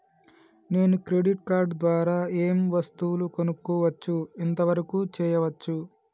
నేను credit card ద్వారా ఏం వస్తువులు కొనుక్కోవచ్చు ఎంత వరకు చేయవచ్చు?